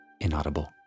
inaudible